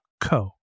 co